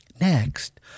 next